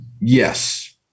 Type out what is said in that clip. Yes